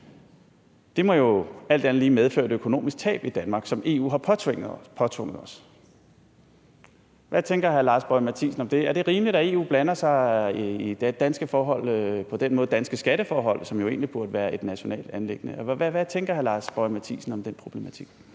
Det må jo alt andet lige medføre et økonomisk tab i Danmark, som EU har påtvunget os. Hvad tænker hr. Lars Boje Mathiesen om det? Er det rimeligt, at EU blander sig i danske forhold, danske skatteforhold, på den måde, som jo egentlig burde være et nationalt anliggende? Hvad tænker hr. Lars Boje Mathiesen om den problematik?